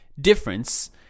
difference